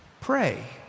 pray